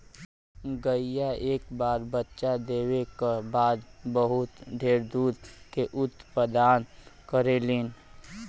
गईया एक बार बच्चा देवे क बाद बहुत ढेर दूध के उत्पदान करेलीन